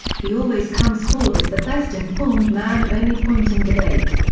he always comes forward as the best informed man of any point in debate.